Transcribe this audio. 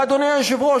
ואדוני היושב-ראש,